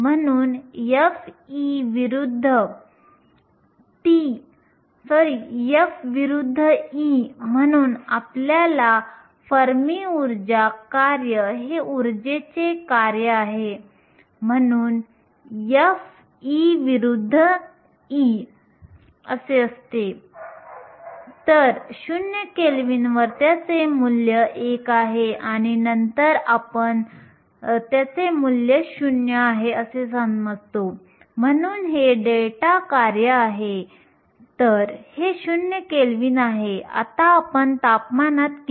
तर आंतरिक अर्धसंवाहकांच्या बाबतीत n जे इलेक्ट्रॉनचे प्रमाण आहे जे p इतके आहे जे प्रमाण छिद्र आहे आणि हे सहसा ni म्हणून दर्शविले जाते